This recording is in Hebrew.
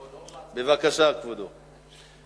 בבקשה, כבודו.